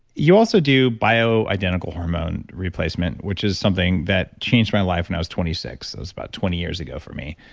you also do bioidentical hormone replacement, which is something that changed my life when i was twenty six. it was about twenty years ago for me,